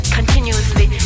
continuously